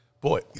Boy